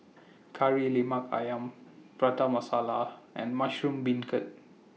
Kari Lemak Ayam Prata Masala and Mushroom Beancurd